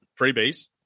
Freebies